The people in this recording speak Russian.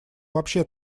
вообще